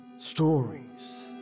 Stories